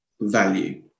value